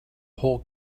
whole